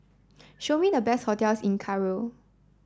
show me the best hotels in Cairo